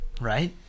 Right